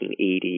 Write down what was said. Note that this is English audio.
1980